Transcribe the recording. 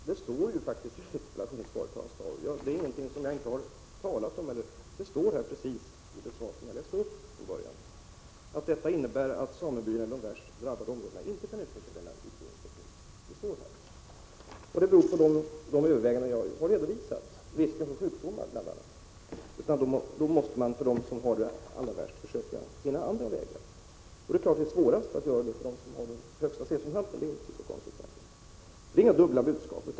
Herr talman! Jag har faktiskt redan i mitt interpellationssvar givit följande besked: ”Det innebär att samebyarna i de värst drabbade områdena inte kan utnyttja denna utfodringsteknik”. Anledningen härtill är de överväganden som jag har redovisat, bl.a. beträffande risken för sjukdomar. För de samer som har det allra värst får man därför försöka finna andra vägar. Självfallet är det svårast att göra detta för dem som har renar med de högsta cesiumhalterna. Det är inte fråga om några dubbla budskap.